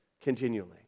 continually